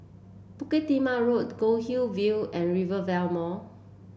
Bukit Timah Road Goldhill View and Rivervale Mall